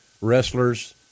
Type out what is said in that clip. wrestlers